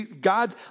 God